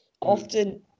often